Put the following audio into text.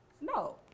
No